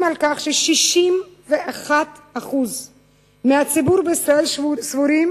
על כך ש-61% מהציבור בישראל סבורים